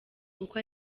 uko